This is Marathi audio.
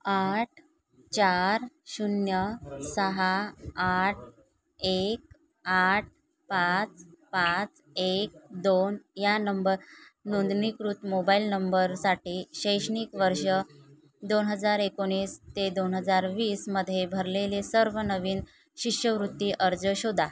आठ चार शून्य सहा आठ एक आठ पाच पाच एक दोन या नंबर नोंदणीकृत मोबाईल नंबरसाठी शैक्षणिक वर्ष दोन हजार एकोणीस ते दोन हजार वीसमध्ये भरलेले सर्व नवीन शिष्यवृत्ती अर्ज शोधा